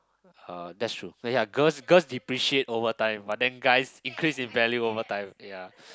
uh that's true uh ya girls girls depreciate over time but then guys increase in value over time ya